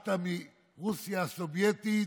ברחת מרוסיה הסובייטית,